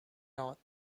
north